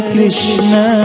Krishna